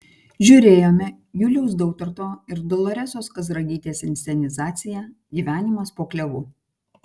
žiūrėjome juliaus dautarto ir doloresos kazragytės inscenizaciją gyvenimas po klevu